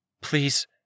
Please